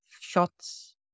shots